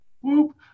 Whoop